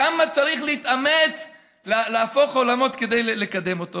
כמה צריך להתאמץ ולהפוך עולמות כדי לקדם אותו.